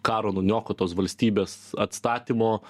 karo nuniokotos valstybės atstatymo